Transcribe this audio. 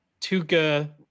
Tuca